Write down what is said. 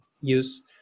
use